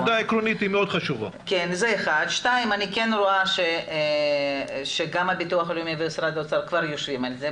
אני כן רואה שגם הביטוח הלאומי ומשרד האוצר כבר יושבים על זה.